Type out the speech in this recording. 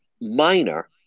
minor